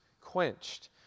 quenched